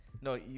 no